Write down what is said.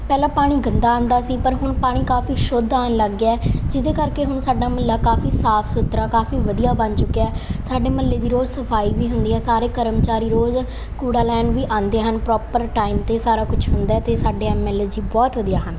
ਪਹਿਲਾਂ ਪਾਣੀ ਗੰਦਾ ਆਉਂਦਾ ਸੀ ਪਰ ਹੁਣ ਪਾਣੀ ਕਾਫੀ ਸ਼ੁੱਧ ਆਉਣ ਲੱਗ ਗਿਆ ਜਿਹਦੇ ਕਰਕੇ ਹੁਣ ਸਾਡਾ ਮਹੱਲਾ ਕਾਫੀ ਸਾਫ਼ ਸੁਥਰਾ ਕਾਫੀ ਵਧੀਆ ਬਣ ਚੁੱਕਿਆ ਸਾਡੇ ਮਹੱਲੇ ਦੀ ਰੋਜ਼ ਸਫਾਈ ਵੀ ਹੁੰਦੀ ਹੈ ਸਾਰੇ ਕਰਮਚਾਰੀ ਰੋਜ਼ ਕੂੜਾ ਲੈਣ ਵੀ ਆਉਂਦੇ ਹਨ ਪ੍ਰੋਪਰ ਟਾਈਮ 'ਤੇ ਸਾਰਾ ਕੁਛ ਹੁੰਦਾ ਅਤੇ ਸਾਡੇ ਐਮ ਐਲ ਏ ਜੀ ਬਹੁਤ ਵਧੀਆ ਹਨ